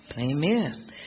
Amen